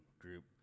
group